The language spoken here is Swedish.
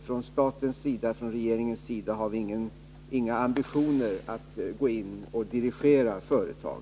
Från statens och regeringens sida har vi ingen ambition att gå in och dirigera företag.